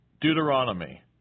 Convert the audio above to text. Deuteronomy